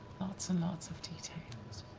lots and lots of details.